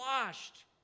washed